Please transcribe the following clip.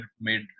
made